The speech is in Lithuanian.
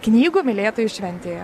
knygų mylėtojų šventėje